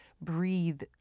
breathe